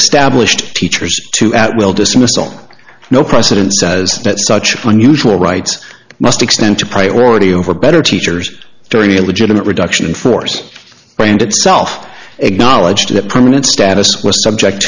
established teachers to at will dismissal no president says that such unusual rights must extend to priority over better teachers during a legitimate reduction in force brand itself acknowledged that permanent status was subject